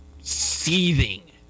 seething